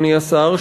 אדוני השר,